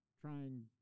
trying